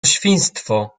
świństwo